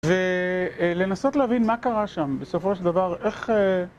ולנסות להבין מה קרה שם בסופו של דבר, איך...